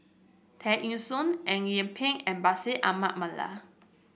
Tear Ee Soon Eng Yee Peng and Bashir Ahmad Mallal